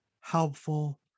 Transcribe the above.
helpful